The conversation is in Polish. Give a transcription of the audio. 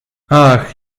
ach